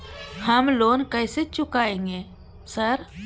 हम लोन कैसे चुकाएंगे सर?